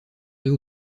deux